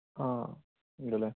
ആ ഉണ്ടല്ലേ